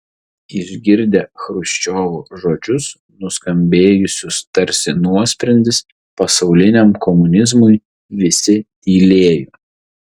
išgirdę chruščiovo žodžius nuskambėjusius tarsi nuosprendis pasauliniam komunizmui visi tylėjo